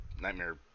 nightmare